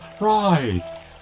Right